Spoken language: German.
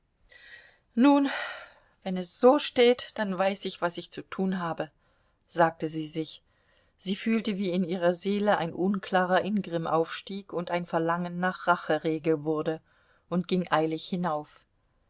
nun wenn es so steht dann weiß ich was ich zu tun habe sagte sie sich sie fühlte wie in ihrer seele ein unklarer ingrimm aufstieg und ein verlangen nach rache rege wurde und ging eilig hinauf